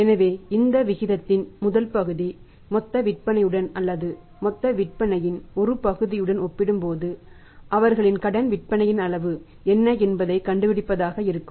எனவே இந்த விகிதத்தின் முதல் பகுதி மொத்த விற்பனையுடன் அல்லது மொத்த விற்பனையில் ஒரு பகுதியுடன் ஒப்பிடும்போது அவர்களின் கடன் விற்பனையின் அளவு என்ன என்பதைக் கண்டுபிடிப்பதாக இருக்கும்